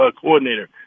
coordinator